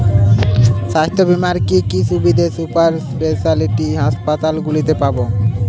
স্বাস্থ্য বীমার কি কি সুবিধে সুপার স্পেশালিটি হাসপাতালগুলিতে পাব?